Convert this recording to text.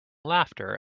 laughter